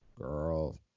Girl